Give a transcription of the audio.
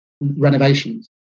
renovations